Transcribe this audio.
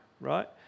right